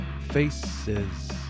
Faces